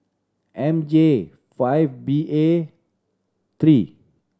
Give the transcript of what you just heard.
M J five B A three